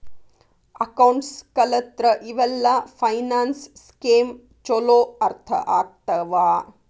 accounts ಕಲತ್ರ ಇವೆಲ್ಲ finance scheme ಚೊಲೋ ಅರ್ಥ ಆಗ್ತವಾ